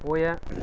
ओह् एह् ऐ